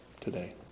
today